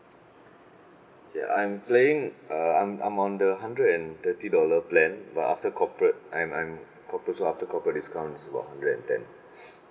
I'm paying uh I'm I'm on the hundred and thirty dollar plan but after corporate I'm I'm corporate so after corporate discount is about hundred and ten